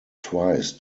twice